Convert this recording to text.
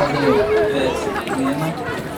padavė bezmėną